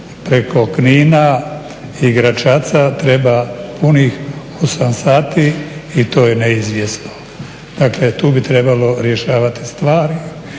preko Knina i Gračaca treba punih 8 sati i to je neizvjesno. Dakle, tu bi trebalo rješavati stvari